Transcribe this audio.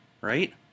right